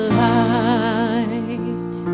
light